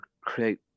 create